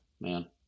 Man